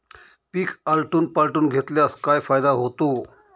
पीक आलटून पालटून घेतल्यास काय फायदा होतो?